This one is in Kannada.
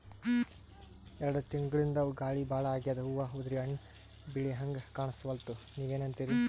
ಎರೆಡ್ ತಿಂಗಳಿಂದ ಗಾಳಿ ಭಾಳ ಆಗ್ಯಾದ, ಹೂವ ಉದ್ರಿ ಹಣ್ಣ ಬೆಳಿಹಂಗ ಕಾಣಸ್ವಲ್ತು, ನೀವೆನಂತಿರಿ?